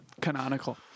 Canonical